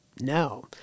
No